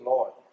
Lord